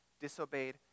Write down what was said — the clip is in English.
disobeyed